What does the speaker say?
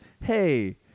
hey